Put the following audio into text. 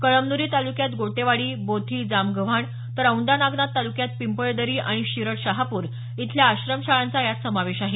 कळमन्री तालुक्यात गोटेवाडी बोथी जामगव्हाण तर औंढा नागनाथ तालुक्यात पिंपळदरी आणि शिरडशहापूर इथल्या आश्रमशाळांचा यात समावेश आहे